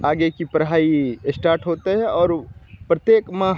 आगे की पढ़ाई इस्टार्ट होते है और प्रत्येक माह